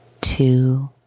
Two